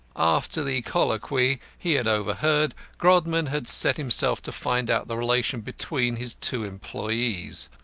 after the colloquy he had overheard, grodman had set himself to find out the relation between his two employees.